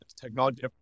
Technology